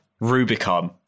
Rubicon